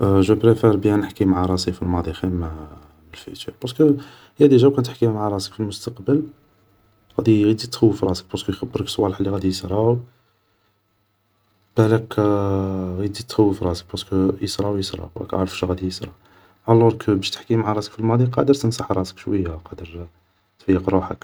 جو بريفار بيان نحكي معا راسي في الماضي خير ما الفيتور بارسكو ديجا و كان تحكي مع راسك في المستقبل غادي غي تخوف راسك بارسكو يخبرك صوالح غادي يصراو بلاك غي تزيد تخوف راسك بارسكو يسراو يسراو راك عارف شا غادي يسرى, الوغ باش تحكي مع راسك في الماصي قادر تنصح روحك و لا تفيق روحك